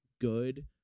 good